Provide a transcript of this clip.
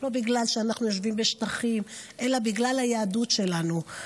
לא בגלל שאנחנו יושבים בשטחים אלא בגלל היהדות שלנו.